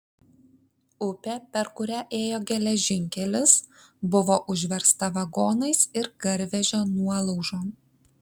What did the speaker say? upė per kurią ėjo geležinkelis buvo užversta vagonais ir garvežio nuolaužom